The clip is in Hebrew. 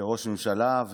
כראש ממשלה.